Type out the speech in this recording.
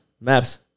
Maps